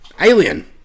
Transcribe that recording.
Alien